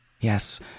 Yes